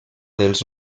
dels